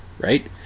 right